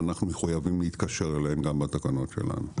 אנחנו מחויבים להתקשר איתן גם בתקנות שלנו.